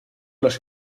los